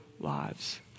lives